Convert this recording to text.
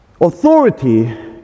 Authority